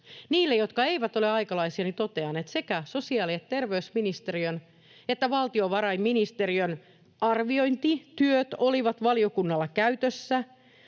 Niille, jotka eivät ole aikalaisia, totean, että sekä sosiaali- ja terveysministeriön että valtiovarainministeriön arviointityöt olivat valiokunnalla käytössä,